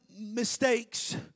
mistakes